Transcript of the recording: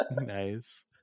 Nice